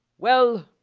well,